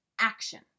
action